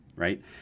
Right